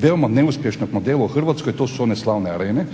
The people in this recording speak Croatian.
veoma neuspješnog modela u Hrvatskoj, to su one slavne arene